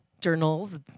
journals